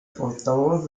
portavoz